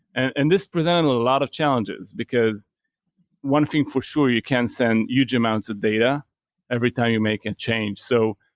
and this presented a lot of challenges, because one thing for sure, you can send huge amounts of data every time you make a and change. so,